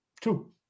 Two